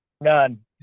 None